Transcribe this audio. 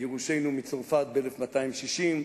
גירושנו מצרפת ב-1260,